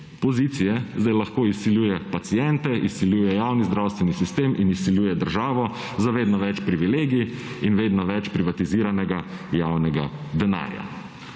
pozicije zdaj lahko izsiljuje paciente, izsiljuje javni zdravstveni sistem in izsiljuje državo za vedno več privilegij in vedno več privatiziranega javnega denarja.